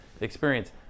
experience